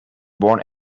born